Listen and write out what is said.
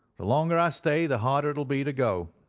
the longer i stay, the harder it will be to go.